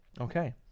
Okay